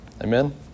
Amen